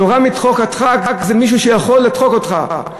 תורה מתוך הדחק זה מישהו שיכול לדחוק אותך.